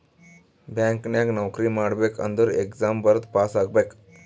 bank ನಾಗ್ ನೌಕರಿ ಮಾಡ್ಬೇಕ ಅಂದುರ್ ಎಕ್ಸಾಮ್ ಬರ್ದು ಪಾಸ್ ಆಗ್ಬೇಕ್